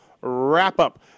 Wrap-Up